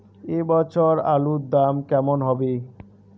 এ বছর আলুর দাম কেমন হবে?